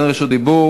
אין רשות דיבור,